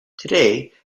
today